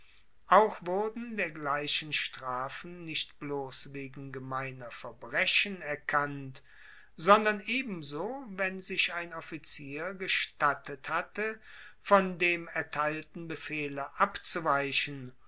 auch wurden dergleichen strafen nicht bloss wegen gemeiner verbrechen erkannt sondern ebenso wenn sich ein offizier gestattet hatte von dem erteilten befehle abzuweichen